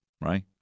Right